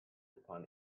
upon